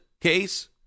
case